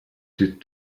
did